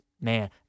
man